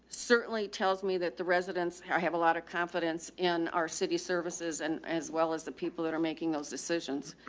certainly tells me that the residents here, i have a lot of confidence in our city services and as well as the people that are making those decisions.